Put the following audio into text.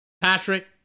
Patrick